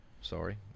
sorry